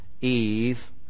Eve